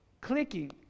clicking